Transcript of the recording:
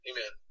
Amen